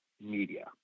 media